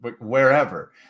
wherever